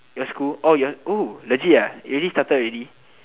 your school orh your legit ah already started already